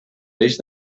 peix